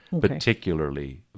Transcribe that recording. particularly